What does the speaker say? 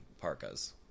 parkas